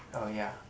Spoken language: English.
oh yeah